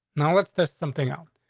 now, let's just something out.